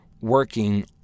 working